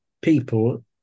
people